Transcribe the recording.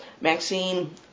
Maxine